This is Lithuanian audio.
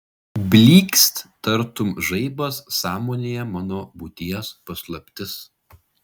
blykst tartum žaibas sąmonėje mano būties paslaptis